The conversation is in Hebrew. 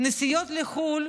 נסיעות לחו"ל,